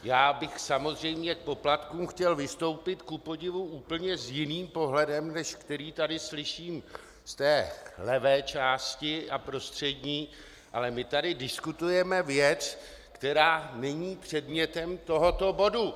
Já bych samozřejmě k poplatkům chtěl vystoupit kupodivu úplně s jiným pohledem, než který tady slyším z té levé části a prostřední, ale my tady diskutujeme věc, která není předmětem tohoto bodu!